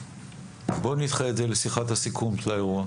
--- בוא נדחה את זה לשיחת הסיכום של האירוע.